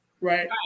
Right